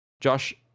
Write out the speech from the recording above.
Josh